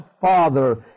father